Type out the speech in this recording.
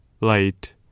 light